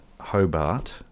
Hobart